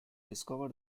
discover